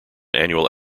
annual